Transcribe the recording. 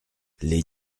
les